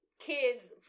Kids